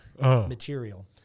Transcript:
material